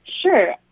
Sure